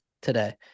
today